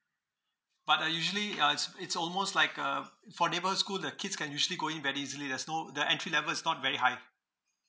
but I usually uh it's it's almost like uh for neighborhood school the kids can usually go in very easily there's no the entry level is not very high